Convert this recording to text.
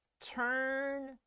turn